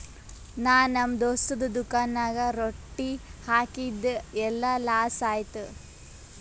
ನಾ ನಮ್ ದೋಸ್ತದು ದುಕಾನ್ ನಾಗ್ ರೊಕ್ಕಾ ಹಾಕಿದ್ ಎಲ್ಲಾ ಲಾಸ್ ಆಯ್ತು